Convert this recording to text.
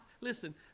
listen